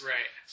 Right